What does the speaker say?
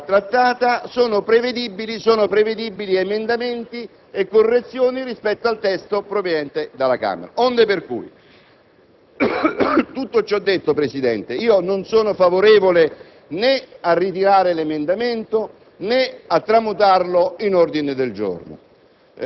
sono prevedibili emendamenti e correzioni rispetto al testo proveniente dalla Camera. Tutto ciò detto, Presidente, non sono favorevole né a ritirare l'emendamento, né a trasformarlo in un ordine del giorno.